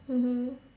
mmhmm